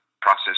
process